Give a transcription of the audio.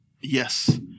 Yes